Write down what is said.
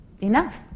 enough